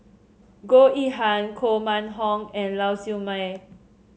Goh Yihan Koh Mun Hong and Lau Siew Mei